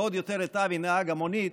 ועוד יותר את אבי נהג המונית,